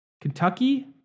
Kentucky